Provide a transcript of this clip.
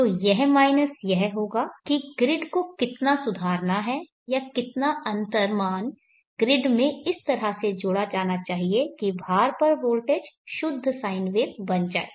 तो यह माइनस यह होगा कि ग्रिड को कितना सुधारना है या कितना अंतर मान ग्रिड में इस तरह से जोड़ा जाना चाहिए कि भार पर वोल्टेज शुद्ध साइन वेव बन जाए